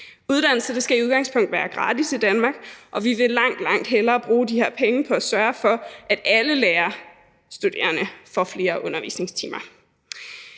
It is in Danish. Uddannelse skal i udgangspunktet være gratis i Danmark, og vi vil langt, langt hellere bruge de her penge på at sørge for, at alle lærerstuderende får flere undervisningstimer.